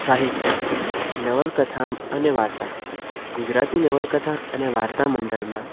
સાહિત્ય નવલકથા અને વાર્તા ગુજરાતી નવલકથા અને વાર્તા મંડલમાં